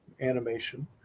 Animation